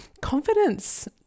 confidence